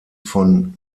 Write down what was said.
von